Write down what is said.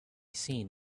seen